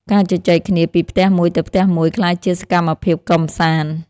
ការជជែកគ្នាពីផ្ទះមួយទៅផ្ទះមួយ ក្លាយជាសកម្មភាពកម្សាន្ត។